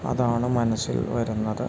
അതാണ് മനസ്സിൽ വരുന്നത്